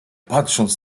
patrząc